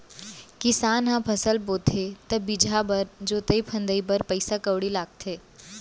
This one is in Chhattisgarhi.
किसान ह फसल बोथे त बीजहा बर, जोतई फंदई बर पइसा कउड़ी लगाथे